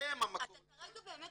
שיודע מה המקור לכל -- אתה כרגע באמת